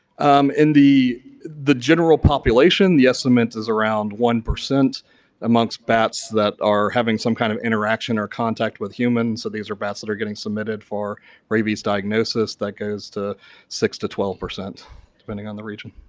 um in the the general population the estimate is around one percent amongst bats that are having some kind of interaction or contact with humans. so, these are bats that are getting submitted for rabies diagnosis that goes to six percent to twelve percent depending on the region.